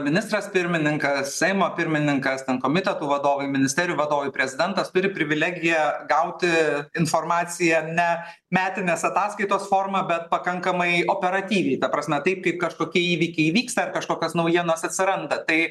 ministras pirmininkas seimo pirmininkas ten komitetų vadovai ministerijų vadovai prezidentas turi privilegiją gauti informaciją ne metinės ataskaitos forma bet pakankamai operatyviai ta prasme taip kaip kažkokie įvykiai vyksta ar kažkokios naujienos atsiranda tai